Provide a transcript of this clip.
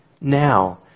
now